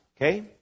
Okay